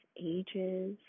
ages